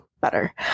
better